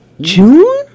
June